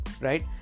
Right